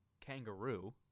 kangaroo